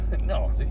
No